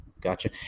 gotcha